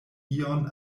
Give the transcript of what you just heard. ion